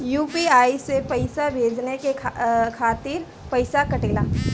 UPI से पइसा भेजने के खातिर पईसा कटेला?